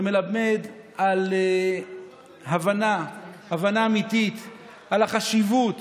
זה מלמד על הבנה, הבנה אמיתית של חשיבות